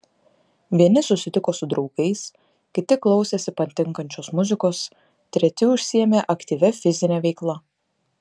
vieni susitiko su draugais kiti klausėsi patinkančios muzikos treti užsiėmė aktyvia fizine veikla